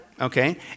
okay